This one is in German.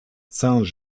saint